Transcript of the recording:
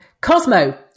Cosmo